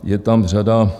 Je tam řada...